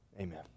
Amen